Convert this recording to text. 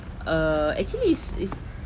err actually is is